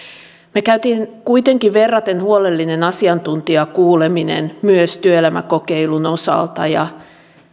me kävimme kuitenkin verraten huolellisen asiantuntijakuulemisen myös työelämäkokeilun osalta ja